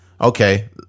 Okay